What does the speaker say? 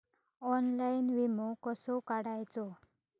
Online विमो कसो काढायचो?